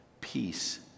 peace